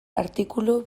artikulu